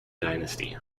dynasty